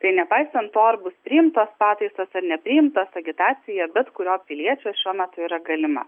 tai nepaisant to ar bus priimtos pataisos ar nepriimtos agitacija bet kurio piliečio šiuo metu yra galima